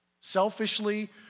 Selfishly